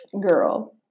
girl